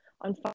on